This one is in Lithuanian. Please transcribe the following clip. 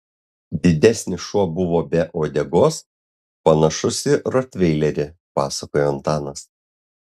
didesnis šuo buvo be uodegos panašus į rotveilerį pasakojo antanas